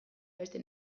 beste